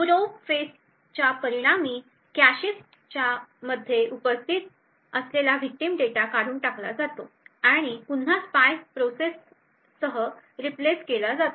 probe फेझच्या परिणामी कॅशेमध्ये उपस्थित असलेला विक्टिम डेटा काढून टाकला जातो आणि पुन्हा स्पाय प्रोसेसने रीप्लेस केला जातो